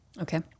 okay